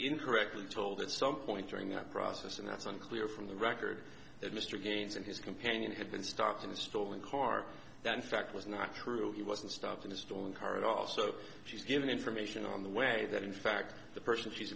incorrectly told at some point during that process and it's unclear from the record that mr gaines and his companion had been stopped in a stolen car that in fact was not true he wasn't stopped in the store car at all so she's given information on the way that in fact the person she's